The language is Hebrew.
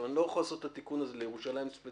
אני לא יכול לייצר את התיקון הזה לירושלים ספציפית